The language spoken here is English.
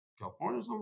California